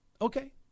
Okay